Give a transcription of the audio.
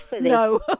No